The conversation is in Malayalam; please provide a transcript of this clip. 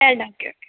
വേണ്ട ഓക്കെ ഓക്കെ